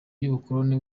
y’ubukoloni